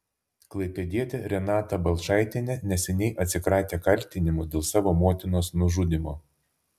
klaipėdietė renata balčaitienė neseniai atsikratė kaltinimų dėl savo motinos nužudymo